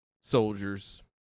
soldiers